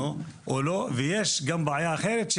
ויש גם בעיה אחרת.